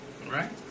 Right